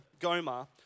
Goma